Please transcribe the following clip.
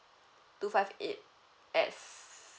two five eight S